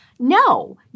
No